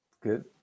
good